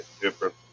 Different